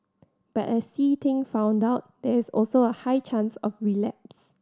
but as See Ting found out there is also a high chance of relapse